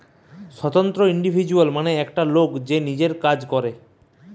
স্বতন্ত্র ইন্ডিভিজুয়াল মানে একটা লোক যে নিজের কাজ করে